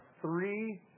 three